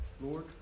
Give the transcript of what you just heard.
Lord